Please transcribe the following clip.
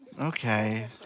Okay